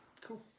Cool